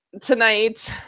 Tonight